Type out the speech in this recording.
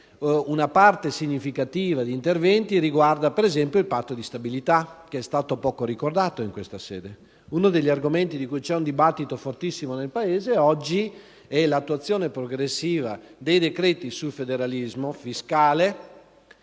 una parte significativa di interventi riguarda, per esempio, il Patto di stabilità, poco ricordato in questa sede. Uno degli argomenti su cui oggi c'è un dibattito fortissimo nel Paese concerne l'attuazione progressiva dei decreti sul federalismo fiscale,